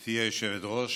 גברתי היושבת-ראש,